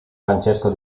francesco